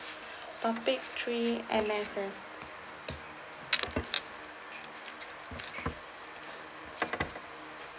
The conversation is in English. topic three M_S_F